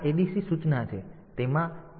તેથી આ adc સૂચના છે